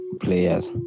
players